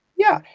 yeah.